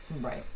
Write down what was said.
Right